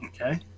Okay